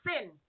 sin